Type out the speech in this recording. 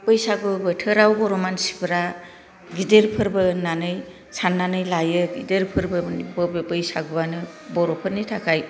हागोन बैसागु बोथोराव बर' मानसिफोरा गिदिर फोरबो होननानै साननानै लायो गिदिर फोरबो बैसागुआनो बर' फोरनि थाखाय गिदिर